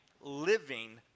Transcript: living